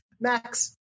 max